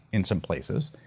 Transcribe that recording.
in some places,